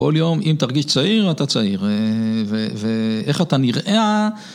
‫כל יום, אם תרגיש צעיר, אתה צעיר. ‫ואיך אתה נראה...